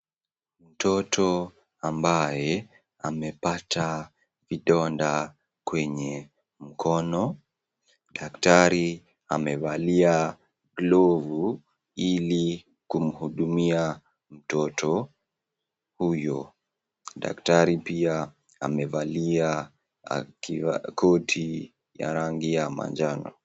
Mtoto ambaye amepata vidonda kwenye mkono. Daktari amevalia glovu ili kumhudumia mtoto huyo. Daktari pia amevalia koti ya rangi ya manjano.